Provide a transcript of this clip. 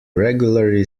regularly